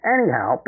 Anyhow